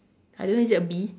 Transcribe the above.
I don't know is that a bee